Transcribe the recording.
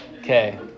Okay